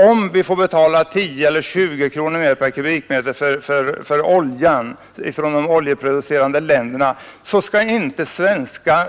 Om vi får betala 10 eller 20 kronor mer per kubikmeter för oljan till de oljeproducerande länderna, så skall naturligtvis svenska